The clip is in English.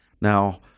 Now